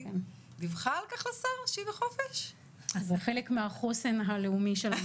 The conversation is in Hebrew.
הסעיף הראשון שנוגע לחובת בידוד של הורה או מטפל בקטין חסר ישע,